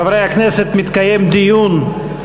חברי הכנסת, מתקיים דיון,